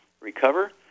recover